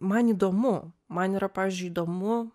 man įdomu man yra pavyzdžiui įdomu